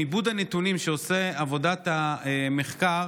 עיבוד הנתונים שעושה עבודת המחקר,